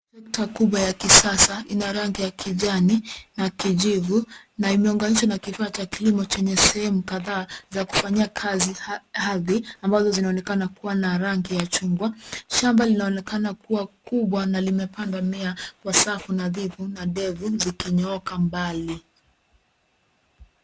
Trekta kubwa ya kisasa inaoneka rangi ya kijani na kijivu na imeunganishwa na kifaa cha kilimo chenye sehemu kadhaa za kufanyia kazi ardhi ambazo zinaonekana kuwa na rangi ya chungwa. Shamba linaonekana kua kubwa na limepandwa mimea kwa safu nadhifu na ndefu zikinyooka mbali.